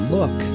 Look